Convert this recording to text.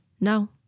No